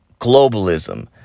globalism